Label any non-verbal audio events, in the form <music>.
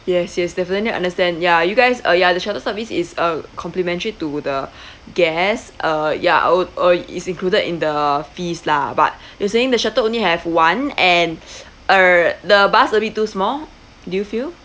yes yes definitely understand ya you guys ah ya the shuttle service is a complimentary to the <breath> guests uh ya our uh is included in the fees lah but you were saying the shuttle only have one and err the bus a bit too small do you feel